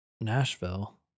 Nashville